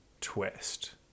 twist